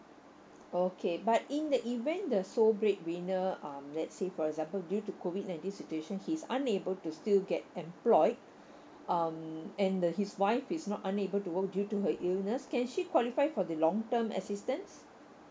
okay but in the event the sole breadwinner um let's say for example due to COVID nineteen situation he's unable to still get employed um and the his wife is not unable to work due to her illness can she qualify for the long term assistance